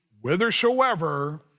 whithersoever